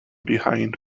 behind